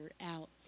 out